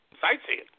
sightseeing